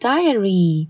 Diary